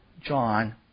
John